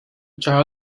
jar